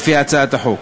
לפי הצעת החוק.